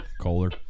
Kohler